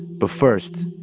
but first,